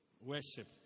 Worship